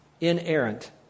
inerrant